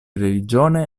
religione